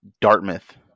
Dartmouth